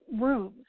rooms